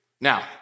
Now